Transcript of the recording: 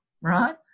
right